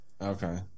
Okay